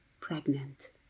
pregnant